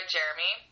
Jeremy